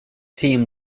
team